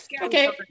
okay